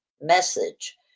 message